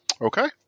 Okay